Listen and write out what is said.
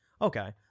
Okay